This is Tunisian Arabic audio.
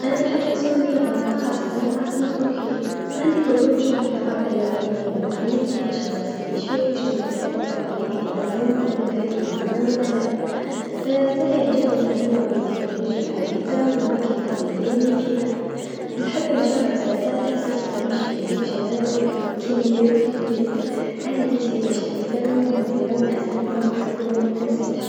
أنا نحب نزور اليابان خاصة العاصمه طوكيو عندي فصول نشوف الثقافه اليابانيه من قريب كيفاش الناس يعيشو و شنو الماكلات و التقاليد لعندهم و إذا ماكلتهم بنينه و لا لا زادا يعجبني التنوع بين التكنولوجيا الحديثه و الأماكن التقليديه لفيها نحب نجرب زادا الإحساس تع نمشي في الليل في شوارع طوكيو كيما يديرو في لفيلم، هاذي تجربه جديده و مثيره و نحس أنو راح تكون متتنساش.